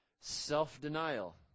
self-denial